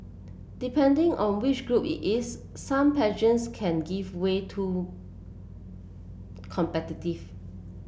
depending on which group it is some pageants can give way too competitive